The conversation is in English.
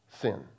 sin